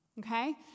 Okay